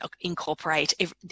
incorporate